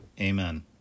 Amen